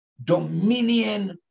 dominion